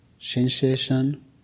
sensation